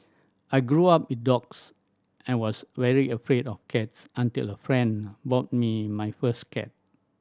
I grew up with dogs I was very afraid of cats until a friend bought me my first cat